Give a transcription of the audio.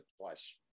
plus